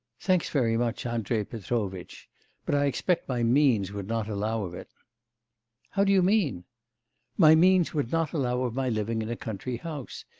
thanks very much, andrei petrovitch but i expect my means would not allow of it how do you mean my means would not allow of my living in a country house.